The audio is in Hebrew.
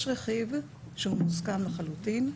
יש רכיב שהוא מוסכם לחלוטין,